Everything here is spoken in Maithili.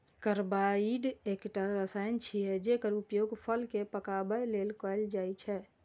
कार्बाइड एकटा रसायन छियै, जेकर उपयोग फल कें पकाबै लेल कैल जाइ छै